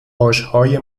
آشهای